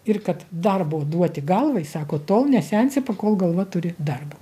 ir kad darbo duoti galvai sako tol nesensi pakol galva turi darbą